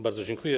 Bardzo dziękuję.